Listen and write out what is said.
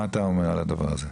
מה אתה אומר על הדבר הזה?